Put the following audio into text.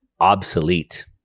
obsolete